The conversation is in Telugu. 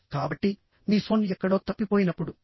కాబట్టి మీ ఫోన్ ఎక్కడో తప్పిపోయినప్పుడు